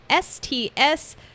STS